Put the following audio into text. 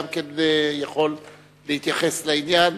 יכול גם הוא יכול להתייחס לעניין.